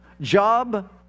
Job